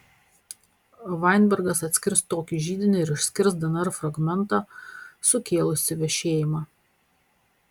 vainbergas atskirs tokį židinį ir išskirs dnr fragmentą sukėlusį vešėjimą